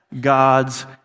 God's